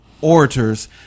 orators